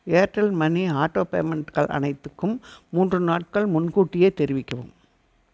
Airtel money auto பேமெண்ட்கள் அனைத்துக்கும் மூன்று நாட்கள் முன்கூட்டியே தெரிவிக்கவும்